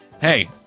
Hey